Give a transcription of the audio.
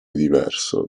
diverso